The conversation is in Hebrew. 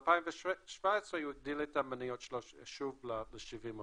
ב-2017 היא הגדילה את המניות שלו שוב ל-70%.